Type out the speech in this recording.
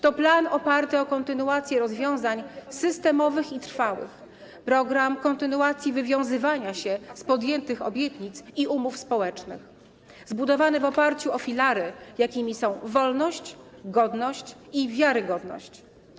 To plan oparty na kontynuacji rozwiązań systemowych i trwałych, program kontynuacji wywiązywania się ze złożonych obietnic i z umów społecznych, zbudowany w oparciu o filary, jakimi są wolność, godność i wiarygodność.